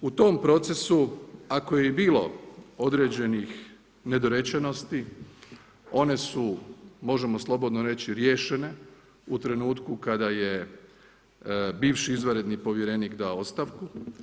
U tom procesu, ako je i bilo određenih nedorečenosti, one su možemo slobodno reći, riješene u trenutku kada je bivši izvanredni povjerenik dao ostavku.